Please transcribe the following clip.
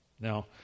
Now